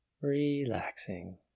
relaxing